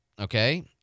okay